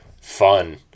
fun